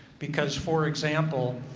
because for example,